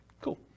cool